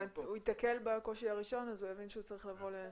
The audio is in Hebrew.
הוא ייתקל בקושי הראשון אז הוא יבין שהוא צריך לבוא להחליף.